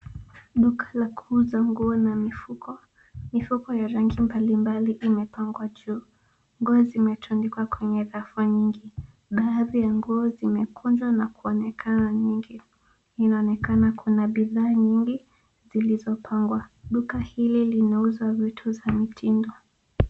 Duka la kuuza nguo na mifuko. Mifuko ya rangi mbalimbali imepangwa juu. Nguo zimetundikwa kwenye rafu nyingi. Baadhi ya nguo zimekunjwa na kuonekana mwingi. Inaonekana kuna bidhaa nyingi zilizopangwa. Duka hili linauza vitu za mitindo.